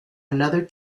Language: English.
another